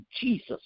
Jesus